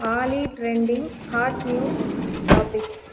Ali trending hot news topics